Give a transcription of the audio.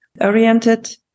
oriented